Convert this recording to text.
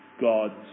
God's